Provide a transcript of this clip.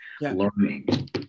learning